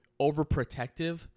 overprotective